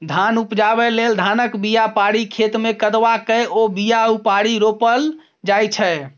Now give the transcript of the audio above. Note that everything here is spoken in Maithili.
धान उपजाबै लेल धानक बीया पारि खेतमे कदबा कए ओ बीया उपारि रोपल जाइ छै